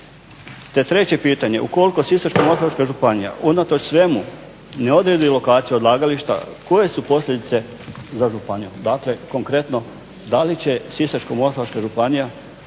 Treće pitanje, ukoliko Sisačko-moslavačka županija unatoč svemu ne odredi lokaciju odlagališta koje su posljedice za županiju? Dakle konkretno da li će Sisačko-moslavačka županija